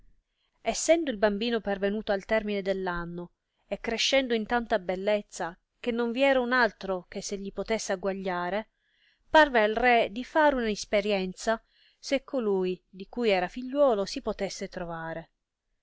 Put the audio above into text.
essendo il bambino pervenuto al termine dell anno e crescendo in tanta bellezza che non vi era un altro che se gli potesse agguagliare parve al re di far una isperienza se colui di cui era figliuolo si potesse trovare